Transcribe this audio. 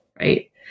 right